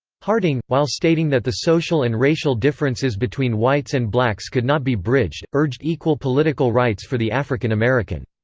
harding, while stating that the social and racial differences between whites and blacks could not be bridged, urged equal political rights for the african american.